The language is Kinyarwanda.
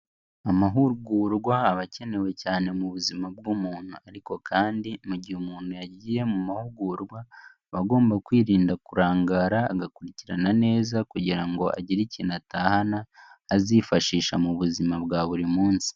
Amahugurwa aba akenewe cyane mu buzima bw'umuntu ariko kandi mu gihe umuntu yagiye mu mahugurwa, aba agomba kwirinda kurangara agakurikirana neza kugira ngo agire ikintu atahana, azifashisha mu buzima bwa buri munsi.